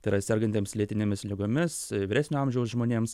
tai yra sergantiems lėtinėmis ligomis vyresnio amžiaus žmonėms